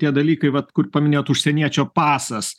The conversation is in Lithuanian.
tie dalykai vat kur paminėjot užsieniečio pasas